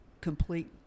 complete